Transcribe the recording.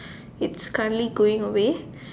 it's currently going away